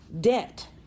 Debt